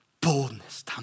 boldness